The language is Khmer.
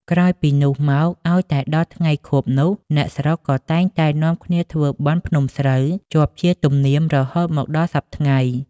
ក្រោយពីនោះមក ឲ្យតែដល់ថ្ងៃខួបនោះ អ្នកស្រុក ក៏តែងតែនាំគ្នាធ្វើបុណ្យភ្នំស្រូវ ជាប់ជាទំនៀមរហូតមកដល់សព្វថ្ងៃ។